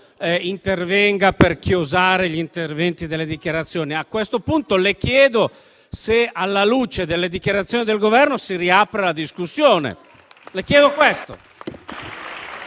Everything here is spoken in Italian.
intervenga per chiosare gli interventi delle dichiarazioni. A questo punto le chiedo, alla luce delle dichiarazioni del Governo, che si riapra la discussione.